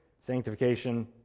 sanctification